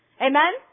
amen